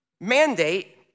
mandate